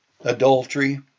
Adultery